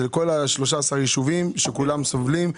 זה לכל 13 היישובים שכולם סובלים.